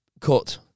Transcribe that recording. cut